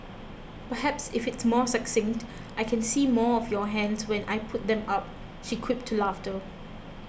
perhaps if it's more succinct I can see more of your hands when I put them up she quipped to laughter